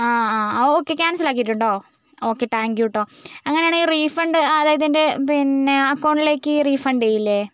ആ ഒക്കെ ക്യാൻസൽ ആക്കിയിട്ടുണ്ടോ ഓക്കേ താങ്ക് യൂ കേട്ടോ അങ്ങനെയാണേ റീഫണ്ട് അതായത് എൻറ്റെ പിന്നെ അക്കൗണ്ടിലേക്ക് റീഫണ്ട് ചെയ്യില്ലേ